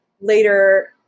Later